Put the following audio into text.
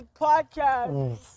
podcast